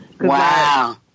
Wow